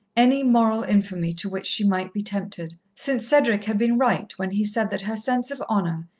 any moral infamy to which she might be tempted, since cedric had been right when he said that her sense of honour,